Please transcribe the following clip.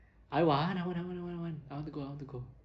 I want I want I want I want I want I want to go I want to go